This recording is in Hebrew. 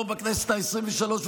לא בכנסת העשרים-ושלוש,